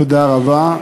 תודה רבה.